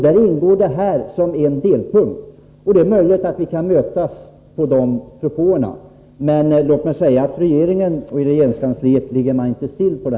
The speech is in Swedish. Däri ingår det som vi nu diskuterar som en delpunkt. Det är möjligt att vi kan mötas i det avseendet, men låt mig också säga att man inom regeringen och regeringskansliet inte ligger still.